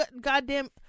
goddamn